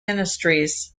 ministries